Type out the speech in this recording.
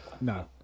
No